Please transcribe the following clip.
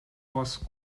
was